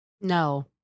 No